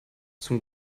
zum